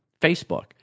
Facebook